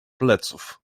pleców